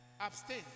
abstain